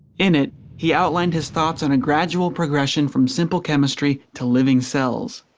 in it he outlined his thoughts on a gradual progression from simple chemistry to living cells.